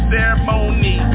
Ceremony